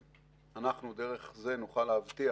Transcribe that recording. דרך זה נוכל להבטיח